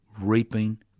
reaping